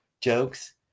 jokes